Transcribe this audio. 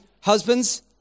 husbands